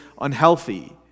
unhealthy